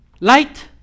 Light